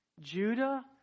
Judah